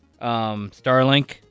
Starlink